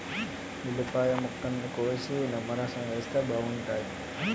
ఉల్లిపాయ ముక్కల్ని కోసి నిమ్మరసం వేస్తే బాగుంటాయి